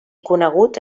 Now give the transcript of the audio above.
conegut